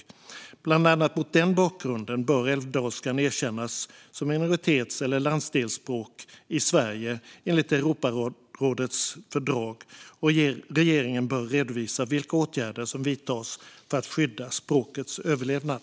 Mot bland annat den bakgrunden bör älvdalskan erkännas som minoritets eller landsdelsspråk i Sverige enligt Europarådets fördrag, och regeringen bör redovisa vilka åtgärder som vidtas för att skydda språkets överlevnad.